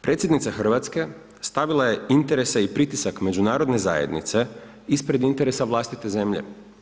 Predsjednica Hrvatske, stavila je interese i pritisak međunarodne zajednice ispred interesa vlastite zemlje.